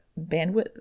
bandwidth